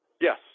Yes